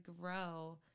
grow